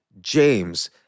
James